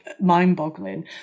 mind-boggling